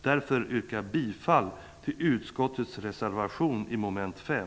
Därför yrkar jag bifall till reservationen under mom. 5.